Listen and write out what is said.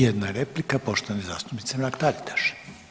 Jedna replika poštovani zastupnice Mrak Taritaš.